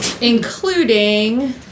including